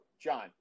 john